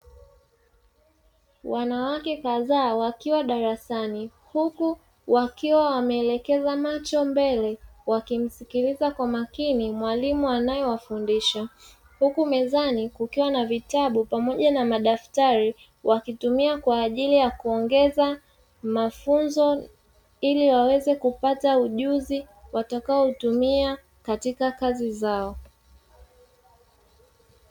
Wanawake kadhaa wakiwa darasani, huku wakiwa wameelekeza macho mbele, wakimsikiliza kwa makini mwalimu anaewafundisha; huku mezani kukiwa na madaftari pamoja na vitabu wakitumia kwaajili ya kuongeza mafunzo ili waweze kupata ujunzi watakaoutumia katika kazi zao.